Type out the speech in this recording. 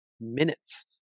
minutes